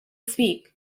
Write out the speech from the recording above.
speak